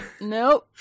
Nope